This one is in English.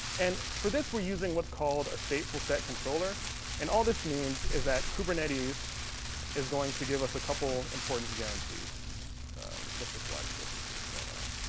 and for this we're using what's called a stateful set controller and all this means is that kubernetes is? going to give us a couple important guarantees let's just watch this to see what's going on